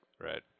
Right